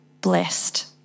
blessed